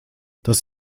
das